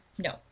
no